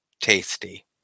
tasty